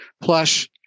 Plus